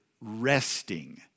resting